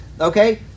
okay